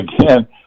again